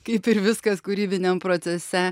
kaip ir viskas kūrybiniam procese